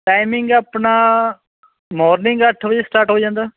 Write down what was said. timing ਆਪਣਾ morning ਅੱਠ ਵਜੇ ਸਟਾਰਟ ਹੋ ਜਾਂਦਾ